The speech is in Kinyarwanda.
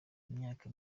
imyaka